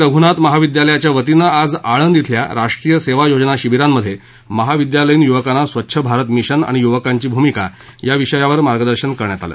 रघूनाथ महाविद्यालयाच्या वतीनं आज आळंद श्विल्या राष्ट्रीय सेवा योजना शिबिरांमध्ये महाविद्यालयीन युवकांना स्वच्छ भारत मिशन आणि युवकांची भूमिका या विषयावर मार्गदर्शन करण्यात आलं